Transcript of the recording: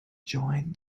joined